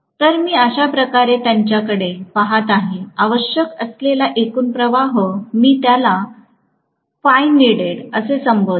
तर मी अश्या प्रकारे त्याच्याकडे पहात आहे आवश्यक असलेला एकूण प्रवाह मी याला Φneeded असे संबोधले